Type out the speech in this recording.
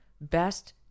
best